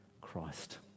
christ